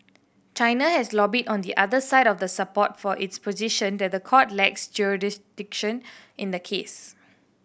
China has lobbied on the other side of the support for its position that the court lacks jurisdiction in the case